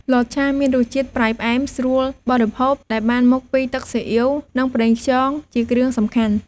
លតឆា មានរសជាតិប្រៃផ្អែម ស្រួលបរិភោគ ដែលបានមកពីទឹកស៊ីអ៊ីវ និងប្រេងខ្យងជាគ្រឿងសំខាន់។